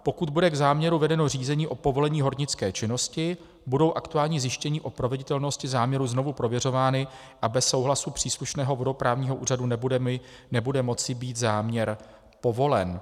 Pokud bude k záměru vedeno řízení o povolení hornické činnosti, budou aktuální zjištění o proveditelnosti záměru znovu prověřována a bez souhlasu příslušného vodoprávního úřadu nebude moci být záměr povolen.